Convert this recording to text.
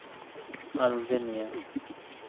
Albania